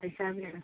Aysha ബിയാണ്